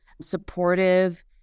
supportive